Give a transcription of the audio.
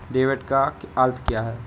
Debit का अर्थ क्या है?